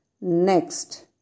Next